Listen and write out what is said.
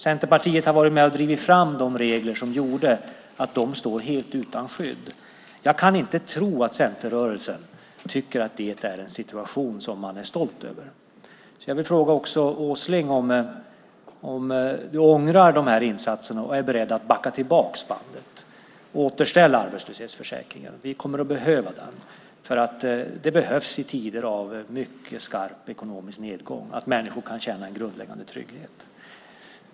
Centerpartiet har varit med och drivit fram de regler som gör att dessa människor står helt utan skydd. Jag kan inte tro att centerrörelsen tycker att det är en situation som man är stolt över. Jag vill fråga Åsling om han ångrar insatserna, är beredd att backa tillbaka bandet och återställa arbetslöshetsförsäkringen. Vi kommer att behöva den. Det behövs i tider av mycket skarp ekonomisk nedgång att människor kan känna en grundläggande trygghet.